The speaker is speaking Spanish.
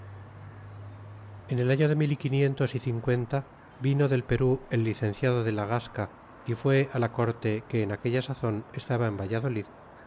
en el año de mil y quinientos y cincuenta vino del perú el licenciado de la gasea y fue la corte que en aquella sazon estaba en valladolid